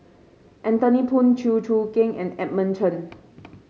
Anthony Poon Chew Choo Keng and Edmund Chen